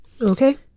Okay